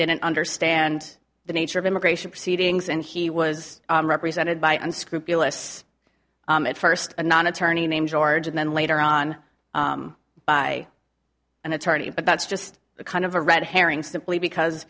didn't understand the nature of immigration proceedings and he was represented by unscrupulous first anon attorney named george and then later on by an attorney but that's just a kind of a red herring simply because